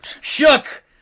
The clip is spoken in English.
shook